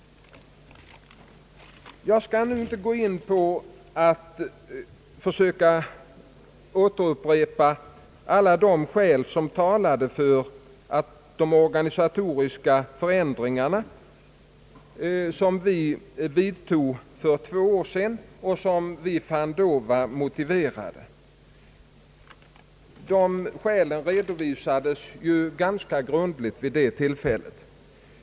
Jag skall inte försöka upprepa alla de skäl som talade för de organisatoriska förändringar som vi vidtog för två år sedan och som vi då fann vara motiverade. De skälen redovisades ganska grundligt vid det tillfället.